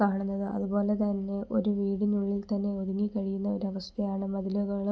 കാണുന്നത് അതുപോലെത്തന്നെ ഒരു വീടിനുള്ളിൽ തന്നെ ഒതുങ്ങിക്കഴിയുന്ന ഒരു അവസ്ഥയാണ് മതിലുകളും